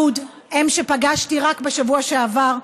י', אם שפגשתי רק בשבוע שעבר,